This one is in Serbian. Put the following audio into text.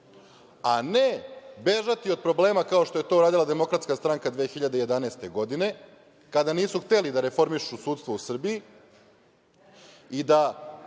a ne bežati od problema, kao što je to radila DS 2011. godine, kada nisu hteli da reformišu sudstvo u Srbiji i da